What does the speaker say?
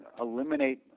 eliminate